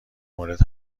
مورد